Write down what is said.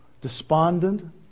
despondent